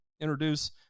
introduce